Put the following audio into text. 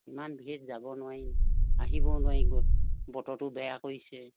ইমান ভিৰত যাব নোৱাৰি আহিবও নোৱাৰি বতৰটো বেয়া কৰিছে